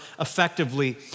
effectively